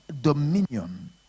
dominion